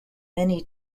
many